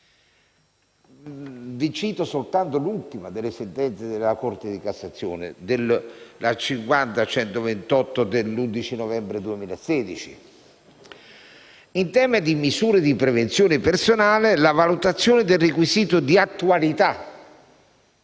Cito soltanto l'ultima delle sentenze della Corte di cassazione, la sentenza n. 50128 del 25 novembre 2016: «In tema di misure di prevenzione personali, la valutazione del requisito di attualità